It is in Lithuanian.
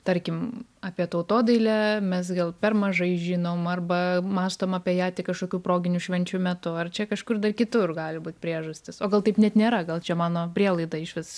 tarkim apie tautodailę mes gal per mažai žinom arba mąstome apie ją tik kažkokių proginių švenčių metu ar čia kažkur kitur gali būt priežastys o gal taip net nėra gal čia mano prielaida išvis